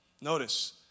Notice